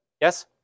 Yes